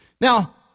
Now